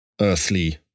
earthly